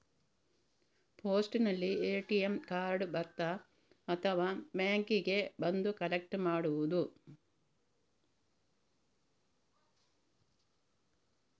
ಪೋಸ್ಟಿನಲ್ಲಿ ATM card ಬರುತ್ತಾ ಅಥವಾ ಬ್ಯಾಂಕಿಗೆ ಬಂದು ಕಲೆಕ್ಟ್ ಮಾಡುವುದು?